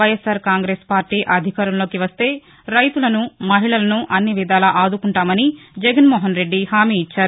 YSR Congress party అధికారంలోకి వస్తే రైతులను మహిళలను అన్ని విధాలా ఆదుకుంటుందని జగన్మోహన్ రెడ్డి హామీ ఇచ్చారు